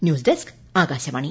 news desk Akashvani